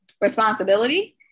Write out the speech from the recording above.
responsibility